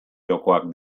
jokoak